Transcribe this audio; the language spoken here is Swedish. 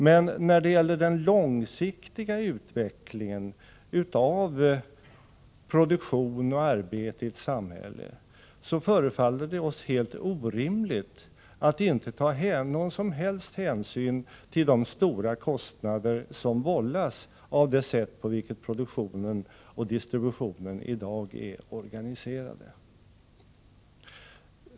Men när det gäller den långsiktiga utvecklingen av produktion och arbete i ett samhälle förefaller det oss helt orimligt att inte ta någon som helst hänsyn till de stora kostnader som vållas av det sätt på vilket produktionen och distributionen i dag är organiserade.